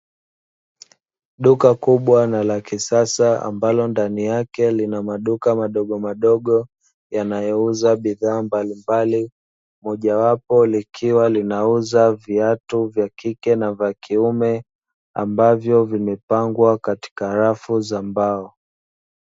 Duka kubwa na la kisasa ambalo ndani yake lina maduka madogo madogo yanayouza bidhaa mbalimbali mojawapo likiwa linauza viatu vya kike na vya kiume ambavyo vimepangwa katika rafu za mbao.